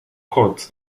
court